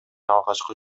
алгачкы